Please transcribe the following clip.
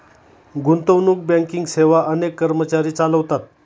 गुंतवणूक बँकिंग सेवा अनेक कर्मचारी चालवतात